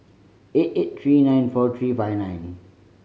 eight eight three nine four three five nine